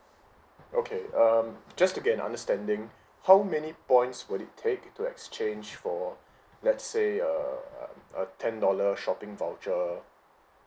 okay um just to get an understanding how many points would it take to exchange for let's say err um a ten dollar shopping voucher